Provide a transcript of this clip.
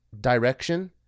direction